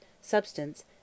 substance